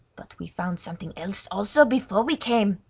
but we found something else also before we came!